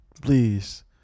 please